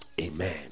Amen